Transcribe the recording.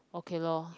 okay lor